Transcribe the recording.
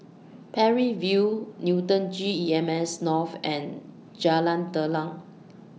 Parry View Newton G E M S North and Jalan Telang